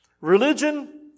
Religion